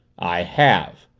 i have,